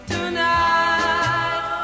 Tonight